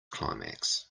climax